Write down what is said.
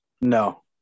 No